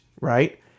right